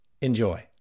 Enjoy